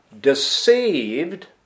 deceived